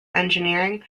engineering